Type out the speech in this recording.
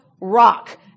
rock